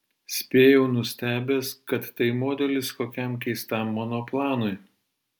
spėjau nustebęs kad tai modelis kokiam keistam monoplanui